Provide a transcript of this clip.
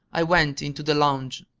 i went into the lounge.